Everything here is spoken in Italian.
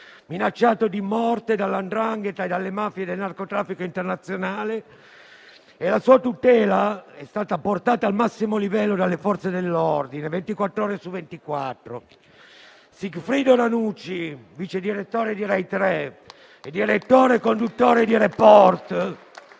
minacciato di morte dalla 'ndrangheta e dalle mafie del narcotraffico internazionale. La sua tutela è stata portata al massimo livello dalle Forze dell'ordine, ventiquattr'ore su ventiquattro. Sigfrido Ranucci, vicedirettore di Rai 3 e direttore e conduttore di "Report"